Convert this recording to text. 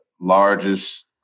largest